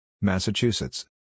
Massachusetts